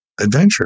adventure